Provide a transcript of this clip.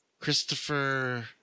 Christopher